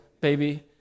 baby